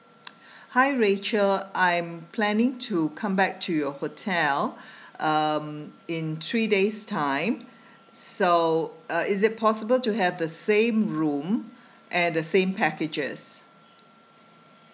hi rachel I'm planning to come back to your hotel um in three days' time so uh is it possible to have the same room and the same packages